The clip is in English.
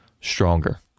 stronger